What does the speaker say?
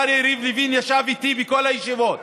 השר יריב לוין ישב איתי בכל הישיבות,